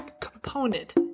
component